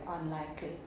unlikely